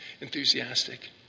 enthusiastic